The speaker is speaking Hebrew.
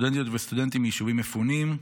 סטודנטיות וסטודנטים מיישובים מפונים,